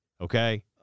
okay